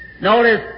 Notice